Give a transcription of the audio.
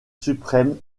suprême